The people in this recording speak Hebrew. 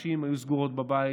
נשים היו סגורות בבית.